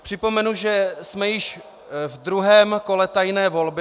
Připomenu, že jsme již v druhém kole tajné volby.